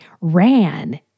ran